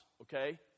okay